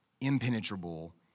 impenetrable